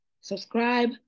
subscribe